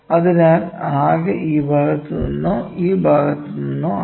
അതിനാൽ ആകെ ഈ ഭാഗത്തു നിന്നോ ഈ ഭാഗത്തു നിന്നോ ആണ്